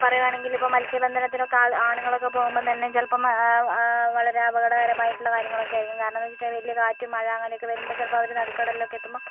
പറയുവാണെങ്കിലിപ്പോൾ മത്സ്യബന്ധനത്തിനൊക്കെ ആളു ആണുങ്ങളൊക്കെ പോകുമ്പം തന്നെ ചിലപ്പം വളരെ അപകടകരമായിട്ടുള്ള കാര്യങ്ങളൊക്കേയിരിക്കും കാരണം എന്താന്ന് വച്ചിട്ടുണ്ടെങ്കിൽ വലിയ കാറ്റും മഴ അങ്ങനെയൊക്കെ വരുമ്പം ചിലപ്പം അവര് നടുകടലിലൊക്കെ എത്തുമ്പം